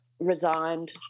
resigned